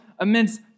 immense